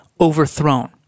overthrown